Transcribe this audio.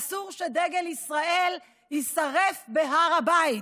אסור שדגל ישראל יישרף בהר הבית.